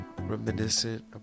reminiscent